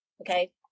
Okay